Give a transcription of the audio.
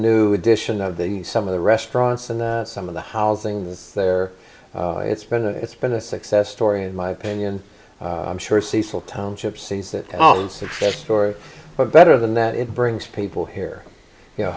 new addition of the some of the restaurants and some of the housing that's there it's been it's been a success story in my opinion i'm sure cecil township sees that all the success story but better than that it brings people here you know